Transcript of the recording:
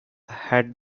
had